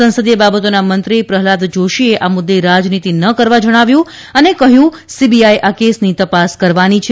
સંસદીય બાબતોના મંંત્રી પ્રહલાદ જાશીએ આ મુદ્દે રાજનીતી ન કરવા જણાવ્યું અને કહ્યું કે સીબીઆઇ આ કેસની તપાસ કરવાની છે